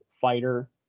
fighter